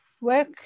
work